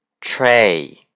Tray